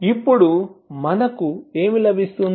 ఇప్పుడు మనకు ఏమి లభిస్తుంది